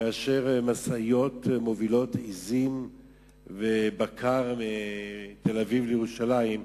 כאשר משאיות מובילות עזים ובקר מתל-אביב לירושלים,